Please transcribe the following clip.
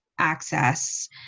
access